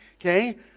Okay